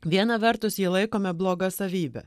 viena vertus jį laikome bloga savybe